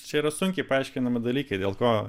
čia yra sunkiai paaiškinami dalykai dėl ko